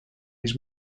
his